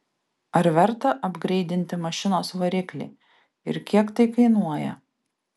ar verta apgreidinti mašinos variklį ir kiek tai kainuoja